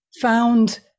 found